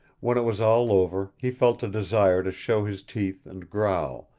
when it was all over he felt a desire to show his teeth and growl,